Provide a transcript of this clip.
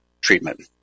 treatment